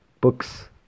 books